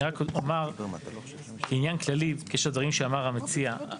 אני רק אומר עניין כללי בקשר לדברים שאמר המציע.